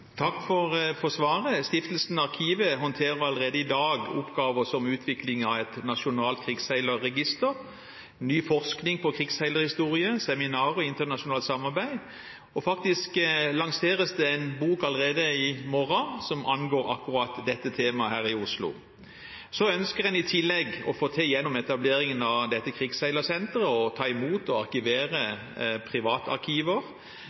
Takk for svaret. Stiftelsen Arkivet håndterer allerede i dag oppgaver som utvikling av et nasjonalt krigsseilerregister, ny forskning på krigsseilerhistorie, seminarer og internasjonalt samarbeid, og faktisk lanseres det en bok som angår akkurat dette temaet, allerede i morgen her i Oslo. I tillegg ønsker en gjennom etableringen av dette krigsseilersenteret å ta imot og arkivere privatarkiver,